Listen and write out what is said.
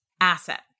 asset